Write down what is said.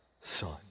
Son